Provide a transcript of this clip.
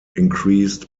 increased